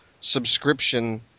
subscription